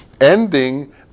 ending